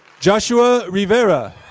joshua rivera.